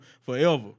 forever